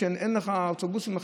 כשאין לך אוטובוסים.